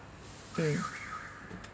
mm